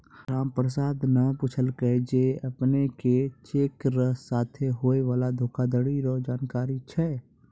रामप्रसाद न पूछलकै जे अपने के चेक र साथे होय वाला धोखाधरी रो जानकारी छै?